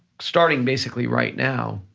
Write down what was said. starting basically, right now,